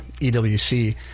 EWC